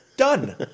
Done